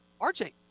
RJ